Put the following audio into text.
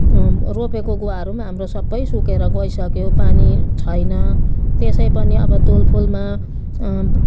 रोपेको गुवाहरू पनि हाम्रो सबै सुकेर गइसक्यो पानी छैन त्यसै पनि अब तुलफुलमा